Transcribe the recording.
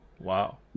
wow